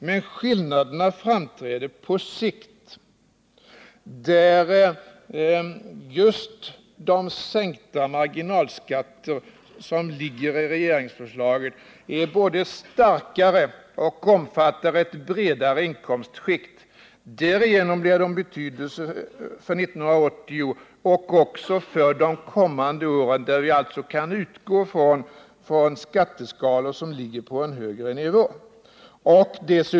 Men skillnaderna framträder på sikt. De marginalskattesänkningar som ligger i regeringsförslaget är både starkare och omfattar ett bredare inkomstskikt. Därigenom blir de av betydelse för 1980 och också för de kommande åren, där vi alltså kan utgå från skatteskalor som ligger på en lägre nivå.